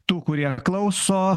tų kurie klauso